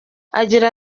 agira